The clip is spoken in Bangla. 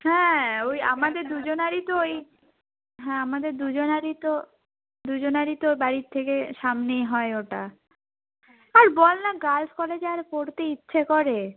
হ্যাঁ ওই আমাদের দুজনারই তো ওই হ্যাঁ আমাদের দুজনারই তো দুজনারই তো বাড়ির থেকে সামনেই হয় ওটা আর বলনা গার্লস কলেজে আর পড়তে ইচ্ছে করে